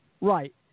Right